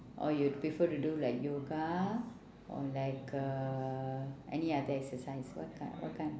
or you'd prefer to do like yoga or like uhh any other exercise what kind what kind